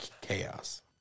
chaos